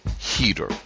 heater